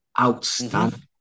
outstanding